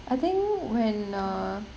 I think when err